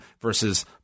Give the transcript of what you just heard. versus